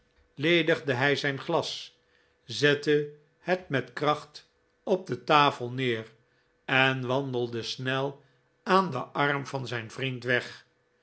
ledigde hij zijn glas zette het met kracht op de tafel neer en wandelde snel aan den arm van zijn vriend weg